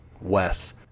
Wes